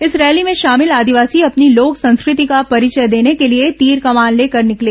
इस रैली में शामिल आदिवासी अपनी लोक संस्कृति का परिचय देने के लिए तीर कमान लेकर निकले